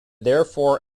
therefore